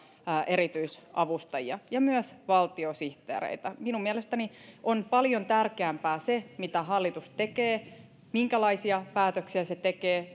erityisavustajia ja myös valtiosihteereitä minun mielestäni on paljon tärkeämpää se mitä hallitus tekee minkälaisia päätöksiä se tekee